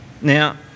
Now